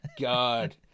God